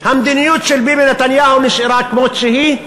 המדיניות של ביבי נתניהו נשארה כמות שהיא.